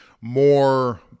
more